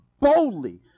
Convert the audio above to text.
boldly